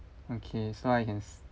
okay so I can